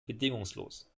bedingungslos